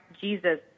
Jesus